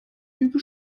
lüge